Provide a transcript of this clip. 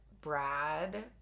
Brad